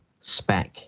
spec